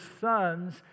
sons